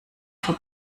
vor